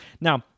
Now